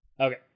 okay